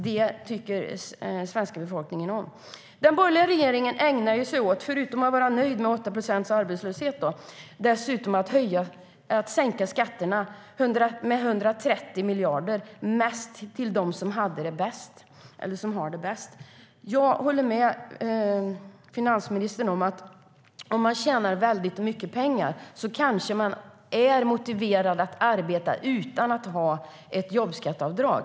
Det tycker den svenska befolkningen om. Den borgerliga regeringen ägnade sig åt - förutom att vara nöjd med 8 procents arbetslöshet - att sänka skatterna med 130 miljarder, mest till dem som har det bäst. Jag håller med finansministern om att om man tjänar väldigt mycket pengar kanske man är motiverad att arbeta utan att ha ett jobbskatteavdrag.